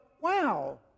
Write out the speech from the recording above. wow